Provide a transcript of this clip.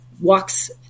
walks